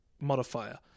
modifier